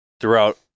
throughout